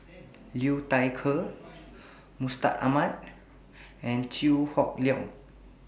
Liu Thai Ker Mustaq Ahmad and Chew Hock Leong